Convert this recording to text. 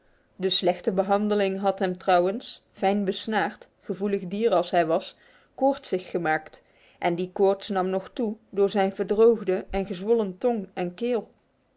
de slechte behandeling had hem trouwens fijnbesnaard gevoelig dier als hij was koortsig gemaakt en die koorts nam nog toe door zijn verdroogde en gezwollen tong en keel